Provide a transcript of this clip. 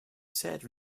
said